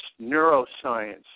neuroscience